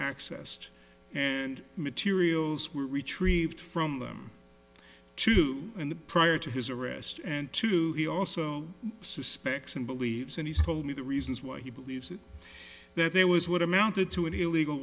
accessed and materials were retrieved from them too in the prior to his arrest and two he also suspects and believes and he's told me the reasons why he believes it that there was what amounted to an illegal